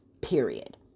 period